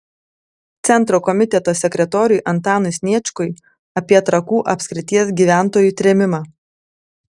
centro komiteto sekretoriui antanui sniečkui apie trakų apskrities gyventojų trėmimą